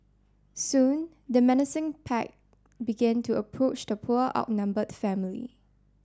soon the menacing pack began to approach the poor outnumbered family